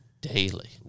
daily